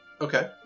Okay